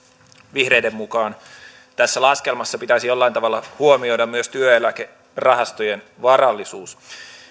vihreiden mukaan tässä laskelmassa pitäisi jollain tavalla huomioida myös työeläkerahastojen varallisuus